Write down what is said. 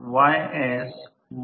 तर I2 दुय्यम बाजूवर आहे